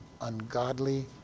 ungodly